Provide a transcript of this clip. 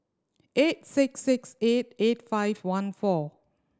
eight six six eight eight five one four